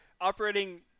operating